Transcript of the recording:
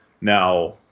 Now